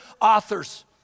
authors